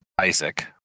Isaac